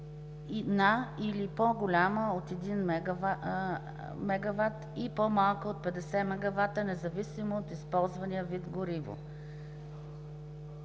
на или по-голяма от 1 MW и по-малка от 50 MW, независимо от използвания вид гориво.